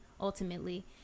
ultimately